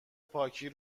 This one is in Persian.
پاکی